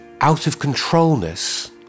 out-of-controlness